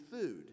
food